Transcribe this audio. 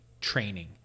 Training